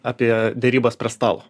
apie derybas prie stalo